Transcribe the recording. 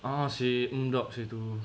a'ah seh sedap seh itu